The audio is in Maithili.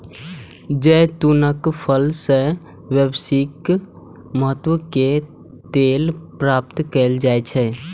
जैतूनक फल सं व्यावसायिक महत्व के तेल प्राप्त कैल जाइ छै